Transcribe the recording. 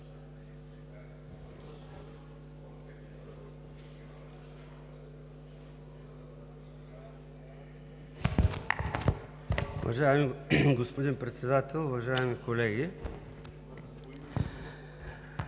Уважаеми господин Председател, уважаеми колеги!